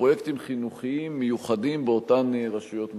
בפרויקטים חינוכיים מיוחדים באותן רשויות מקומיות.